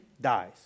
dies